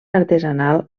artesanal